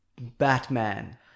Batman